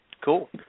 Cool